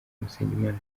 musengimana